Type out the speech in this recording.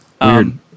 Weird